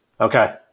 Okay